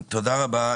תודה רבה.